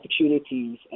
opportunities